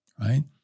right